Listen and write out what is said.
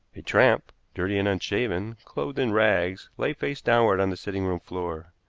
a tramp, dirty and unshaven, clothed in rags, lay face downward on the sitting-room floor.